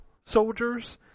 Soldiers